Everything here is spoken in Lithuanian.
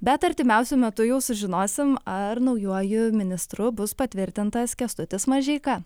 bet artimiausiu metu jau sužinosim ar naujuoju ministru bus patvirtintas kęstutis mažeika